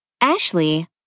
Ashley